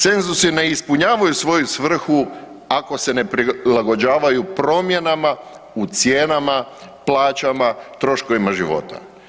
Cenzusi ne ispunjavaju svoju svrhu ako se ne prilagođavaju promjenama u cijenama, plaćama, troškovima života.